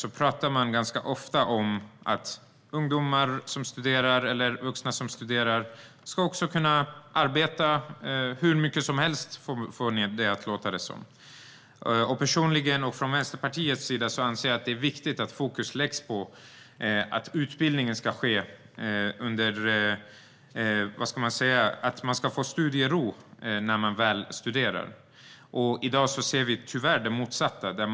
De säger ofta att ungdomar eller vuxna som studerar också ska kunna arbeta - tydligen hur mycket som helst. Både jag och Vänsterpartiet anser att fokus bör ligga på att få studiero under utbildningen. I dag ser vi tyvärr det motsatta.